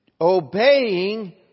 obeying